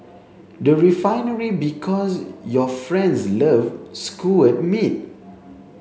the Refinery Because your friends love skewered meat